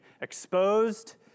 exposed